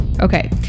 Okay